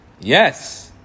Yes